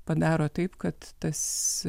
padaro taip kad tas